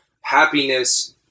happiness